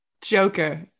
Joker